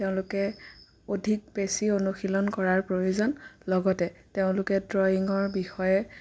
তেওঁলোকে অধিক বেছি অনুশীলন কৰাৰ প্ৰয়োজন লগতে তেওঁলোকে ড্ৰয়িংৰ বিষয়ে